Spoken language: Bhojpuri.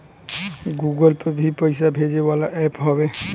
गूगल पे भी पईसा भेजे वाला एप्प हवे